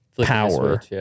power